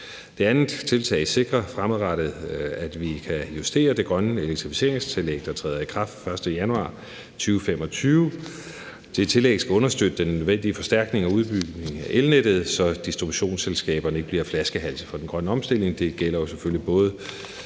Det andet tiltag sikrer fremadrettet, at vi kan justere det grønne elektrificeringstillæg, der træder i kraft 1. januar 2025. Det tillæg skal understøtte den nødvendige forstærkning og udbygning af elnettet, så distributionsselskaberne ikke bliver flaskehalse for den grønne omstilling.